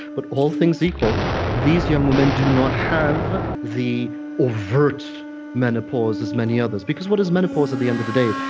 but all things equal these young women do not have the overt menopause as many others. because what is menopause, at the end of the day?